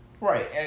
Right